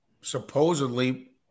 supposedly